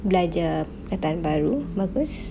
belajar perkataan baru bagus